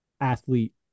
athlete